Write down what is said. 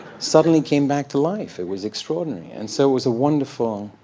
suddenly came back to life. it was extraordinary. and so it was a wonderful,